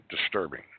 disturbing